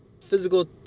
physical